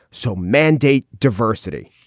so mandate diversity.